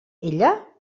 ella